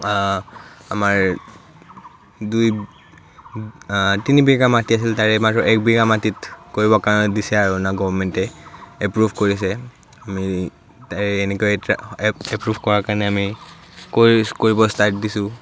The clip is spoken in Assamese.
আমাৰ দুই তিনি বিঘা মাটি আছিল তাৰে মাত্ৰ এক বিঘা মাটিত কৰিব কাৰণে দিছে আৰু মানে গভমেণ্টে এপ্ৰুভ কৰিছে আমি এই এনেকৈ এপ্ৰুভ কৰাৰ কাৰণে আমি কৰি কৰিব ইষ্টাৰ্ট দিছোঁ